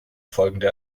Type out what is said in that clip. folgende